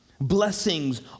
Blessings